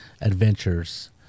adventures